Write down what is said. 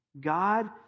God